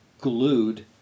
glued